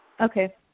Okay